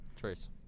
Trace